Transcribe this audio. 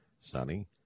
sunny